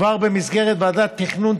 כבר במסגרת ועדת תכנון,